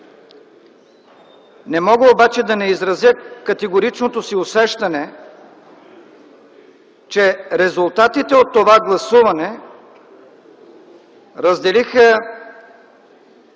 Не мога обаче да не изразя категоричното си усещане, че резултатите от това гласуване разделиха